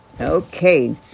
Okay